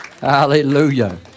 Hallelujah